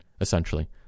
essentially